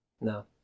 No